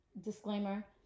Disclaimer